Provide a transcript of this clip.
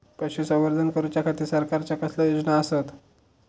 पशुसंवर्धन करूच्या खाती सरकारच्या कसल्या योजना आसत?